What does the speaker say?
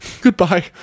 goodbye